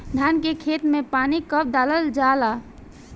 धान के खेत मे पानी कब डालल जा ला?